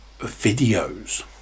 videos